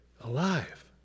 alive